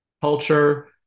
culture